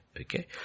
Okay